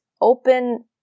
open